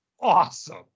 awesome